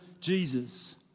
Jesus